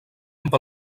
amb